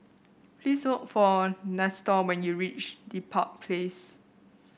please look for Nestor when you reach Dedap Place